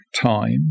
time